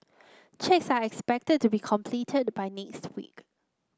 checks are expected to be completed by next week